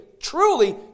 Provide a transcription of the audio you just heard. Truly